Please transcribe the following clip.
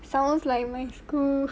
sounds like my school